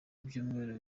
ibyumweru